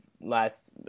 last